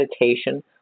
meditation